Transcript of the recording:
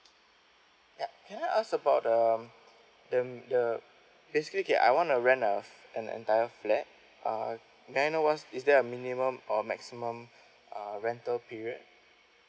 yup can I ask about um the the basically K I wanna rent a f~ an entire flat uh may I know what's is there a minimum or maximum uh rental period